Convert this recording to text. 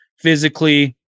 physically